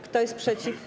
Kto jest przeciw?